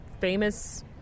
famous